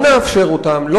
לא נאפשר אותם,